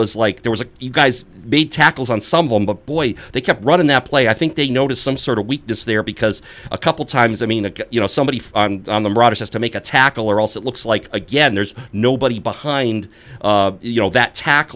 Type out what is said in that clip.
was like there was a you guys beat tackles on someone but boy they kept running that play i think they noticed some sort of weakness there because a couple times i mean you know somebody on the broader has to make a tackle or else it looks like again there's nobody behind you know that ta